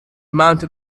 mounted